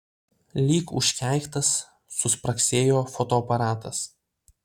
lyg užkeiktas suspragsėjo fotoaparatas